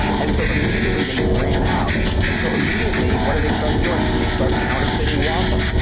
and so immediately they ran out and so immediately, what do they start doing? they start counterfeiting, waapa.